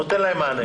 נותן להם מענה.